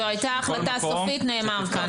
זו הייתה החלטה סופית נאמר כאן.